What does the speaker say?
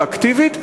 אקטיבית,